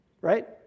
right